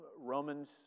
Romans